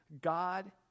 God